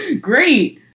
great